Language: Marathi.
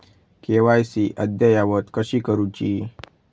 के.वाय.सी अद्ययावत कशी करुची?